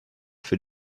für